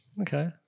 Okay